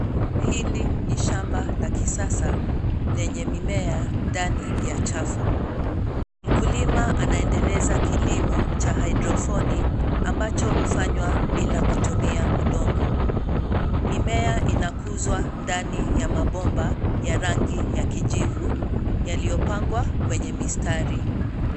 Hili ni shamba la kisasa lenye mimea ndani ya chafu. Mkulima anaendeleza kilimo cha haidrofoni ambacho hufanywa bila kutumia udongo. Mimea inakuzwa ndani ya mabomba ya rangi ya kijivu yaliyopangwa kwenye mistari.